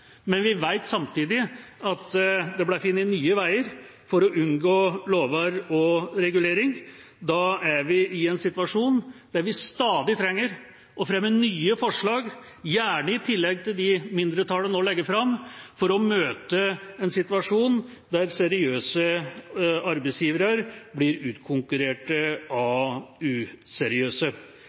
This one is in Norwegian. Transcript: men vi vet samtidig at det ble funnet nye veier for å unngå lover og regulering. Da er vi i en situasjon der vi stadig trenger å fremme nye forslag, gjerne i tillegg til dem mindretallet nå legger fram, for å møte en situasjon der seriøse arbeidsgivere blir utkonkurrert av useriøse.